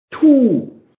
two